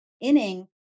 inning